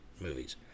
movies